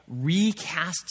recasts